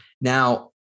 now